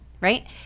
right